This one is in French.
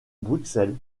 bruxelles